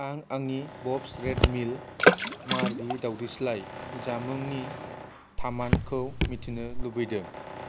आं आंनि Bob's Red Mill मार गैयै दावदैस्लाय जामुंनि थामानखौ मिथिनो लुबैदों